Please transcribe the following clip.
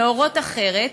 להורות אחרת,